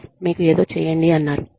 boss మీకు ఏదో చేయండి అన్నారు